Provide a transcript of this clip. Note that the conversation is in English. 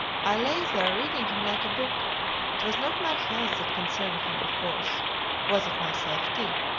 i lay there reading him like a book it was not my health that concerned him, of course was it my safety?